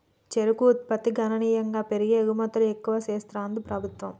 చెరుకు ఉత్పత్తి గణనీయంగా పెరిగి ఎగుమతులు ఎక్కువ చెస్తాంది ప్రభుత్వం